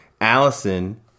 Allison